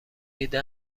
دیده